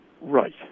Right